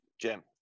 Jim